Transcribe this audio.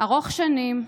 ארוך שנים,